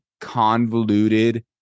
convoluted